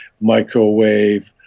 microwave